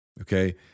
Okay